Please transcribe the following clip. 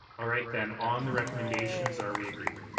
all right then, on the recommendations are we agreed?